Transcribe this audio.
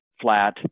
flat